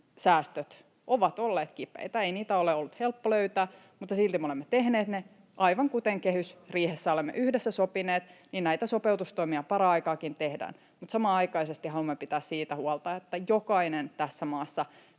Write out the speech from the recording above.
säästöt ovat olleet kipeitä, ei niitä ole ollut helppo löytää, mutta silti me olemme tehneet ne. Aivan kuten kehysriihessä olemme yhdessä sopineet, näitä sopeutustoimia paraikaakin tehdään. Mutta samanaikaisesti haluamme pitää huolta siitä, että jokainen tässä maassa